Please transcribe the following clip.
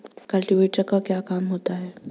Cultivator का क्या काम होता है?